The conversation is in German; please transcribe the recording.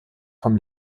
vom